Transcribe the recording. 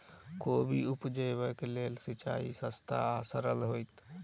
कोबी उपजाबे लेल केँ सिंचाई सस्ता आ सरल हेतइ?